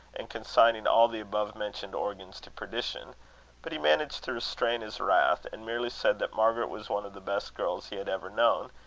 and consigning all the above mentioned organs to perdition but he managed to restrain his wrath, and merely said that margaret was one of the best girls he had ever known,